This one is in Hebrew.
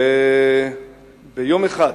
וביום אחד,